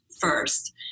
first